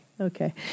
Okay